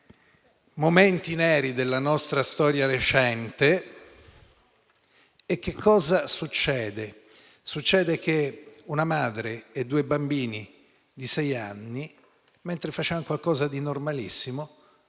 momenti neri della nostra storia recente. Accade poi che una madre e due bambini di sei anni, mentre facevano qualcosa di normalissimo